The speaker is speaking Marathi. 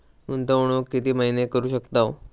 गुंतवणूक किती महिने करू शकतव?